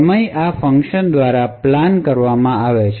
સમય આ ફંકશન દ્વારા પ્લાન કરવામાં આવે છે